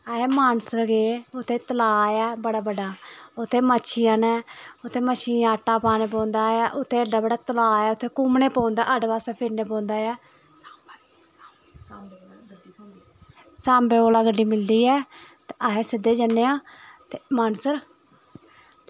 अस मानसर गे उत्थै तलाऽ ऐ बड़ा बड्डा उत्थै मच्छियां नै उत्थै मच्छियें गी आटा पाना पौंदा ऐ उत्थै एड्डा बड्डा तलाऽ ऐ उत्थै घूमना पौंदा आटै बास्तै घूमना पौंदा ऐ सांबे कोला गड्डी मिलदी ऐ ते अस सिद्धे जन्ने आं मानसर